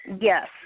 Yes